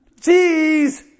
Jeez